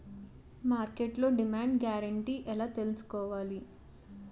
మార్కెట్లో demand guarantee ఎలా తెల్సుకోవాలి?